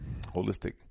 holistic